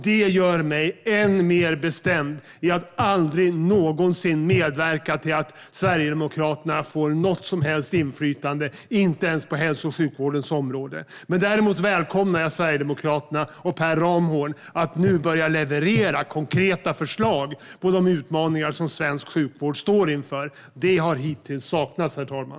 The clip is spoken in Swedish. Detta gör mig än mer bestämd i att aldrig någonsin medverka till att Sverigedemokraterna får något som helst inflytande, inte ens på hälso och sjukvårdens område. Däremot uppmanar jag Sverigedemokraterna och Per Ramhorn att nu börja leverera konkreta förslag gällande de utmaningar som svensk sjukvård står inför. Det har hittills saknats, herr talman.